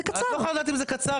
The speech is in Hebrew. את לא יכולה לדעת אם זה קצר.